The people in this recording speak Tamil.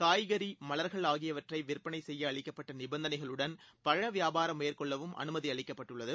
காய்கறி மவர்கள் ஆகியவற்றை விற்பனை செய்ய அளிக்கப்பட்ட நிபந்தனைகளுடன் பழ வியாபாரம் மேற்கொள்ளவும் அனுமதி அளிக்கப்பட்டுள்ளது